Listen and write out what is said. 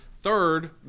third